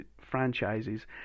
franchises